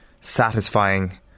satisfying